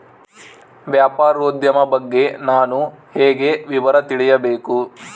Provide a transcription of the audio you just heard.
ವ್ಯಾಪಾರೋದ್ಯಮ ಬಗ್ಗೆ ನಾನು ಹೇಗೆ ವಿವರ ತಿಳಿಯಬೇಕು?